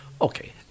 Okay